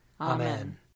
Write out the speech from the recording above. Amen